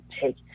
take